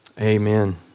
Amen